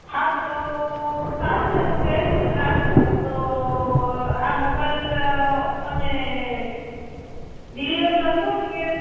હા તો સારું ને તો કૅશ જ રાખીશું તો આ મોબાઈલ તમે ડીલિવર કરશો કે